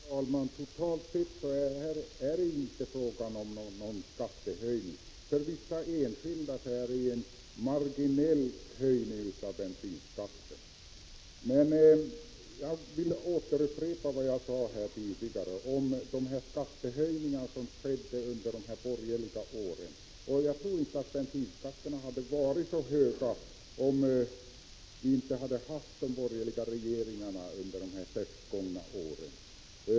Fru talman! Totalt sett är det inte fråga om någon skattehöjning, även om det för vissa enskilda blir en marginell höjning av bensinskatten. Jag vill upprepa vad jag sade tidigare om de skattehöjningar som skedde under de borgerliga åren. Jag tror inte att bensinskatten hade varit så hög, om vi inte hade haft de borgerliga regeringarna under de sex åren.